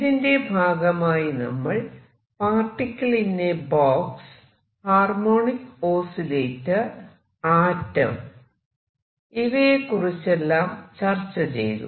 ഇതിന്റെ ഭാഗമായി നമ്മൾ particle in a box' harmonic oscillator atom ഇവയെകുറിച്ചെല്ലാം ചർച്ച ചെയ്തു